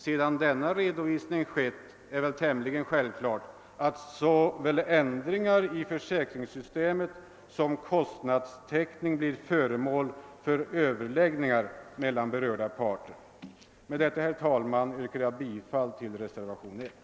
Sedan denna redovisning skett är det tämligen självklart att såväl ändringar i försäkringssystemet som kostnadstäckning blir föremål för överläggningar mellan berörda parter. Herr talman! Med det sagda yrkar jag bifall till reservation 1.